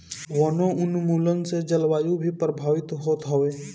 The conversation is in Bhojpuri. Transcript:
वनोंन्मुलन से जलवायु भी प्रभावित होत हवे